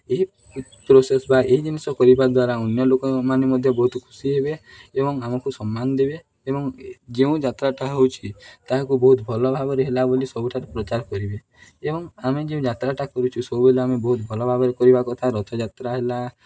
ଏହି ପ୍ରୋସେସ୍ ବା ଏହି ଜିନିଷ କରିବା ଦ୍ୱାରା ଅନ୍ୟ ଲୋକମାନେ ମଧ୍ୟ ବହୁତ ଖୁସି ହେବେ ଏବଂ ଆମକୁ ସମ୍ମାନ ଦେବେ ଏବଂ ଯେଉଁ ଯାତ୍ରାଟା ହେଉଛି ତାହାକୁ ବହୁତ ଭଲ ଭାବରେ ହେଲା ବୋଲି ସବୁଠାରେ ପ୍ରଚାର କରିବେ ଏବଂ ଆମେ ଯେଉଁ ଯାତ୍ରାଟା କରୁଛୁ ସବୁବେଳେ ଆମେ ବହୁତ ଭଲ ଭାବରେ କରିବା କଥା ରଥଯାତ୍ରା ହେଲା